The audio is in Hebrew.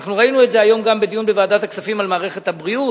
אנחנו ראינו את זה היום גם בדיון בוועדת הכספים על מערכת הבריאות.